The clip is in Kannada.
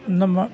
ನಮ್ಮ